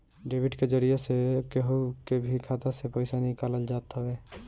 debit के जरिया से केहू के भी खाता से पईसा निकालल जात हवे